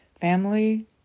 family